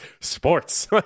sports